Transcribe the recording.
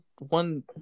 one